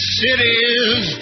cities